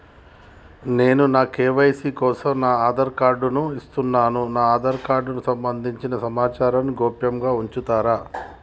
నేను నా కే.వై.సీ కోసం నా ఆధార్ కార్డు ను ఇస్తున్నా నా ఆధార్ కార్డుకు సంబంధించిన సమాచారంను గోప్యంగా ఉంచుతరా?